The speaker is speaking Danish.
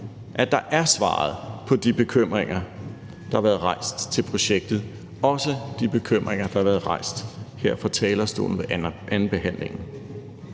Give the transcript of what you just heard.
at der er svaret på de bekymringer, der har været rejst til projektet, også de bekymringer, der har været rejst her på talerstolen ved andenbehandlingen.